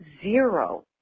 zero